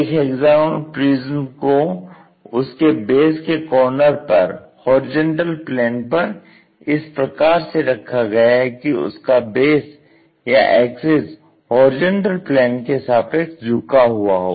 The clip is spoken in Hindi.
एक हेक्सागोनल प्रिज्म को उसके बेस के कॉर्नर पर HP पर इस प्रकार से रखा गया है कि उसका बेस या एक्सिस होरिजेंटल प्लेन के सापेक्ष झुका हुआ हो